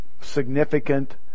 significant